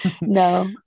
no